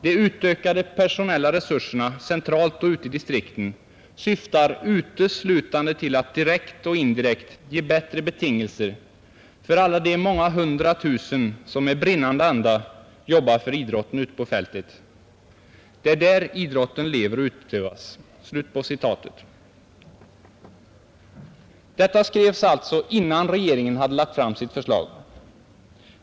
De utökade personella resurserna centralt och ute i distrikten syftar uteslutande till att direkt och indirekt ge bättre betingelser för alla de många hundra tusen som med brinnande anda jobbar för idrotten ute på fältet. Det är där idrotten lever och utövas.” Detta skrevs alltså innan regeringen hade lagt fram sitt förslag.